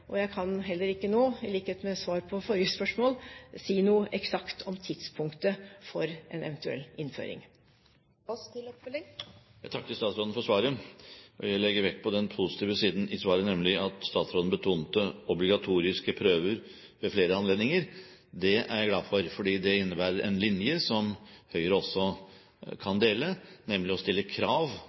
Jeg kan heller ikke nå – i likhet med svaret på forrige spørsmål – si noe eksakt om tidspunktet for en eventuell innføring. Jeg takker statsråden for svaret. Jeg legger vekt på den positive siden ved det, nemlig at statsåren betonte obligatoriske prøver ved flere anledninger. Det er jeg glad for, fordi det innebærer en linje som Høyre kan dele, nemlig å stille krav